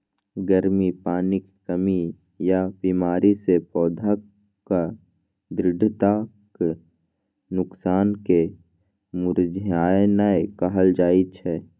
गर्मी, पानिक कमी या बीमारी सं पौधाक दृढ़ताक नोकसान कें मुरझेनाय कहल जाइ छै